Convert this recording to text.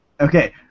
Okay